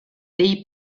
dei